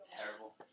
Terrible